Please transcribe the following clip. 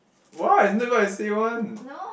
what is not even I say one